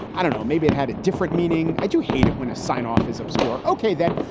i don't know. maybe it had a different meaning. i do hate it when a sign off is obscure. ok, then.